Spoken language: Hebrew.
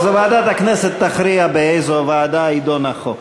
אז ועדת הכנסת תכריע באיזו ועדה יידון החוק.